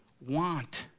want